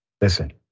Listen